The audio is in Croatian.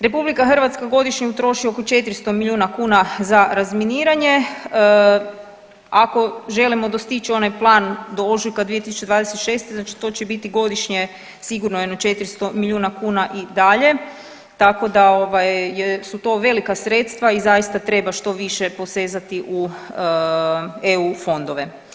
RH godišnje utroši oko 400 miliona kuna za razminiranje, ako želimo dostići onaj plan do ožujka 2026., znači to će biti godišnje sigurno jedno 400 miliona kuna i dalje tako da ovaj su to velika sredstva i zaista treba što više posezati u EU fondove.